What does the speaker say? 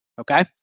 Okay